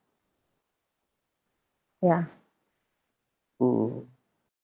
ya oo